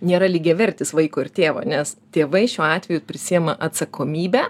nėra lygiavertis vaiko ir tėvo nes tėvai šiuo atveju prisiima atsakomybę